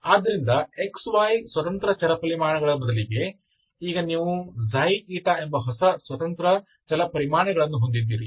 ಆದ್ದರಿಂದ x y ಸ್ವತಂತ್ರ ಚಲಪರಿಮಾಣಗಳ ಬದಲಿಗೆ ಈಗ ನೀವು ಎಂಬ ಹೊಸ ಸ್ವತಂತ್ರ ಚಲಪರಿಮಾಣಗಳನ್ನು ಹೊಂದಿದ್ದೀರಿ